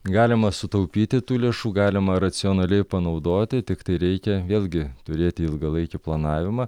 galima sutaupyti tų lėšų galima racionaliai panaudoti tiktai reikia vėlgi turėti ilgalaikį planavimą